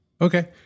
Okay